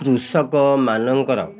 କୃଷକ ମାନଙ୍କର